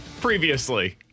previously